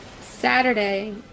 Saturday